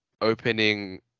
opening